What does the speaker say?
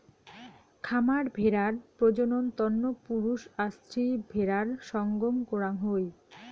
খামার ভেড়ার প্রজনন তন্ন পুরুষ আর স্ত্রী ভেড়ার সঙ্গম করাং হই